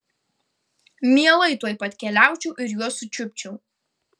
mielai tuoj pat keliaučiau ir juos sučiupčiau